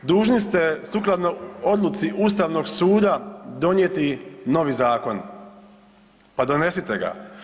Dužni ste sukladno odluci Ustavnog suda donijeti novi zakon, pa donesite ga.